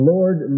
Lord